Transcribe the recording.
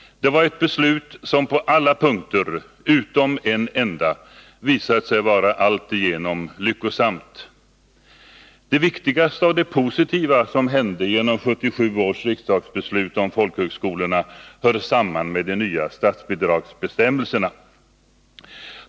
Det var ett beslut som på alla punkter, utom en enda, visat sig vara alltigenom lyckosamt. Det viktigaste av det positiva som hände genom 1977 års riksdagsbeslut om folkhögskolorna hör samman med de nya statsbidragsbestämmelserna.